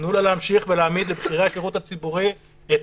תנו לה להמשיך להעמיד לבכירי השירות הציבורי את